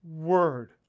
word